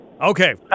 Okay